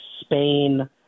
Spain